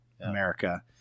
America